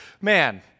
man